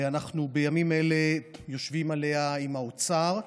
בימים אלה אנחנו יושבים עליה עם האוצר.